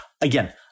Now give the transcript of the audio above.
Again